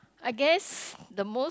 I guess the most